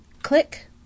Click